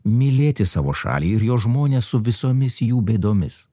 mylėti savo šalį ir jos žmones su visomis jų bėdomis